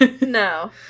No